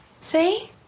See